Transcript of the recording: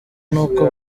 n’uko